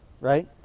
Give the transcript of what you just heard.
right